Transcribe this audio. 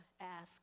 ask